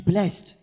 Blessed